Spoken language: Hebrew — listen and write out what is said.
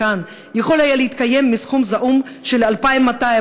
יכול היה להתקיים מסכום זעום של 2,200,